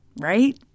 right